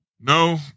No